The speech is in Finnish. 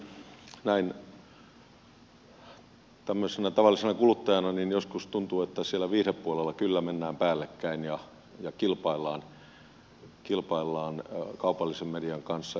mutta sitten näin tämmöisenä tavallisena kuluttajana joskus tuntuu että siellä viihdepuolella kyllä mennään päällekkäin ja kilpaillaan kaupallisen median kanssa